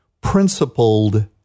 principled